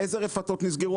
איזה רפתות נסגרו?